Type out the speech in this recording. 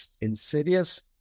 insidious